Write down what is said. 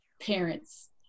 parents